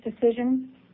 decision